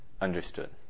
understood